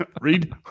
Read